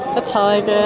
a tiger,